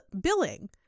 billing